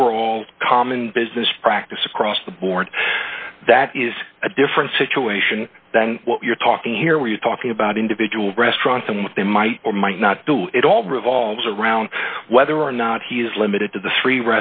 overall common business practice across the board that is a different situation than what you're talking here we're talking about individual restaurants and what they might or might not do it all revolves around whether or not he is limited to th